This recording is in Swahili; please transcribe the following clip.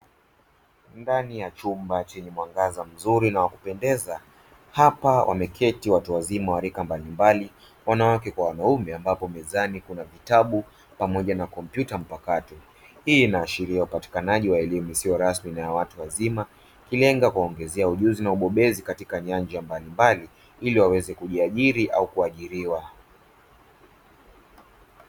Ndani ya chumba chenye mwangaza mzuri na wa kupendeza, hapa wameketi watu wazima wa rika mbalimbali, wanawake kwa wanaume, ambapo mezani kuna vitabu pamoja na kompyuta mpakato. Hii inaashiria ukutanaji wa elimu isiyo rasmi na ya watu wazima, ikilenga kuwaongezea ujuzi na ubopezi katika nyanja mbalimbali ili waweze kujiajiri au kuajiriwa.